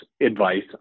advice